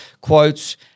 quotes